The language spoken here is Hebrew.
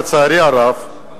לצערי הרב,